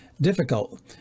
difficult